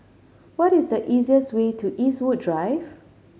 what is the easiest way to Eastwood Drive